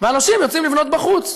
והאנשים יוצאים לבנות בחוץ.